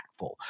impactful